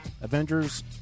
Avengers